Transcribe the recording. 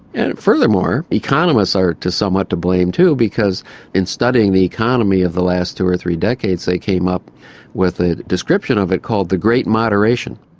and furthermore economists are somewhat to blame too, because in studying the economy of the last two or three decades they came up with a description of it called the great moderation.